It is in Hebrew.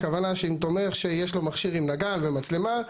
הכוונה מכשיר עם נגן ומצלמה,